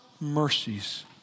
mercies